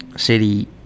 City